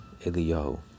Eliyahu